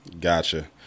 Gotcha